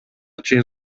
чейин